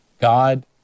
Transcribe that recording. God